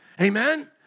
Amen